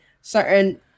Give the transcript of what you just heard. certain